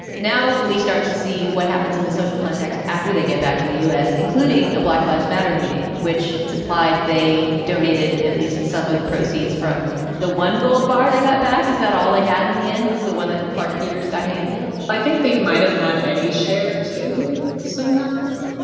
now we start to see what happens in the social context after they get back to the u s, including a black lives matter meeting, which it's implied they donated at least some of the proceeds from the one gold bar they got back. is that all they had in the end is the one that clarke peters got handed i think they might have had eddie shared, too, somehow.